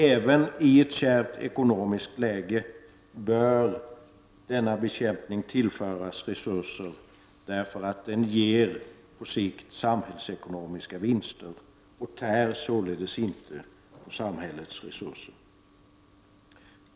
Även i ett kärvt ekonomiskt läge bör narkotikabekämpningen tillföras resurser, därför att den på sikt ger samhällsekonomiska vinster och således inte tär på samhällets resurser.